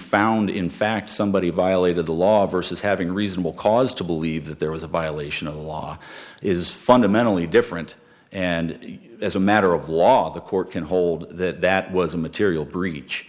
found in fact somebody violated the law versus having reasonable cause to believe that there was a violation of the law is fundamentally different and as a matter of law the court can hold that that was a material breach